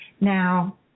Now